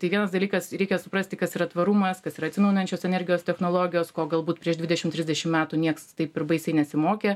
tai vienas dalykas reikia suprasti kas yra tvarumas kas yra atsinaujinančios energijos technologijos ko galbūt prieš dvidešim trisdešim metų nieks taip ir baisiai nesimokė